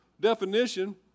definition